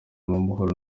amahoro